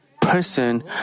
person